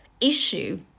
issue